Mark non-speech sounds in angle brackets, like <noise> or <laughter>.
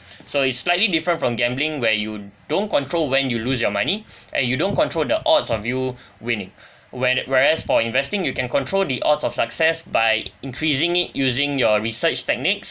so is slightly different from gambling where you don't control when you lose your money and you don't control the odds of you winning whe~ <noise> whereas for investing you can control the odds of success by increasing it using your research techniques